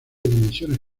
dimensiones